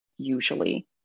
usually